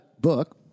book